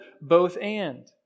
both-and